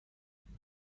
هستند